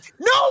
No